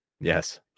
Yes